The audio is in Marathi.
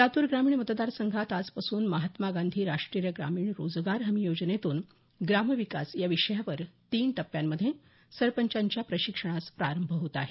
लातूर ग्रामीण मतदारसंघात आजपासून महात्मा गांधी राष्ट्रीय ग्रामीण रोजगार हमी योजनेतून ग्रामविकास या विषयावर तीन टप्प्यांमध्ये सरपंचांच्या प्रशिक्षणास प्रारंभ होत आहे